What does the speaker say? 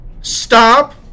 Stop